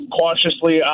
cautiously